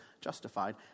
justified